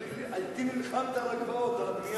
אתי נלחמת על הגבעות, על הבנייה.